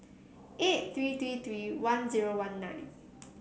eight three three three one zero one nine